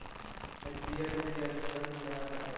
मैं peer to peer ऋण लेना चाहता हूँ